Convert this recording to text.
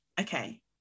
Okay